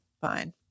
fine